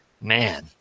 man